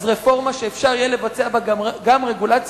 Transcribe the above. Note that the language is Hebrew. אז רפורמה שאפשר יהיה לבצע בה גם רגולציה,